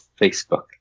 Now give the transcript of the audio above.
Facebook